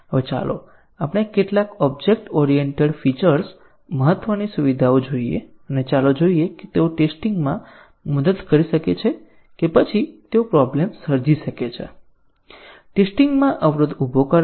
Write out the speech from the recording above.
હવે ચાલો આપણે કેટલાક ઓબ્જેક્ટ ઓરિએન્ટેડ ફીચર્સ મહત્વની સુવિધાઓ જોઈએ અને ચાલો જોઈએ કે તેઓ ટેસ્ટીંગ માં મદદ કરી શકે છે કે પછી તેઓ પ્રોબ્લેમ સર્જી શકે છે ટેસ્ટીંગ માં અવરોધ ભો કરે છે